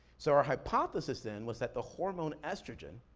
so our hypothesis then was that the hormone estrogen,